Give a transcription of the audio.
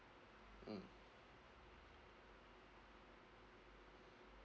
mm